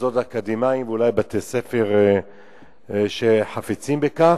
למוסדות אקדמיים ואולי לבתי-ספר שחפצים בכך,